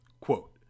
Quote